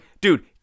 dude